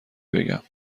بگم